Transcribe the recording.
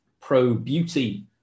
pro-beauty